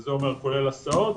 וזה אומר כולל הסעות.